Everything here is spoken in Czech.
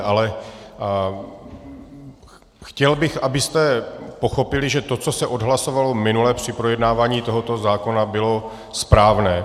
Ale chtěl bych, abyste pochopili, že to, co se odhlasovalo minule při projednávání tohoto zákona, bylo správné.